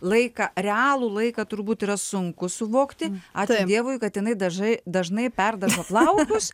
laiką realų laiką turbūt yra sunku suvokti ačiū dievui kad jinai dažai dažnai perdažo plaukus